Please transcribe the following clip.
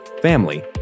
family